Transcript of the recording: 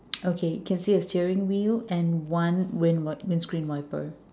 okay can see a steering wheel and one windscreen wiper